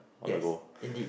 yes indeed